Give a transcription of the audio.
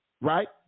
right